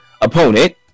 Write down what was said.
opponent